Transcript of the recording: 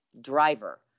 driver